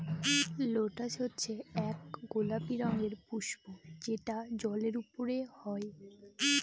lotus হচ্ছে এক গোলাপি রঙের পুস্প যেটা জলের ওপরে হয়